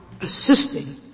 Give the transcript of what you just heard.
assisting